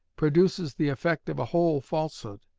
produces the effect of a whole falsehood.